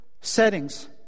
settings